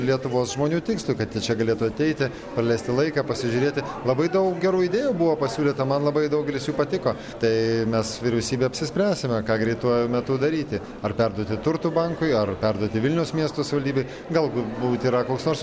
lietuvos žmonių tikslui kad jie čia galėtų ateiti praleisti laiką pasižiūrėti labai daug gerų idėjų buvo pasiūlyta man labai daugelis jų patiko tai mes vyriausybė apsispręsime ką greituoju metu daryti ar perduoti turto bankui ar perduoti vilniaus miesto savivaldybei gal būt yra koks nors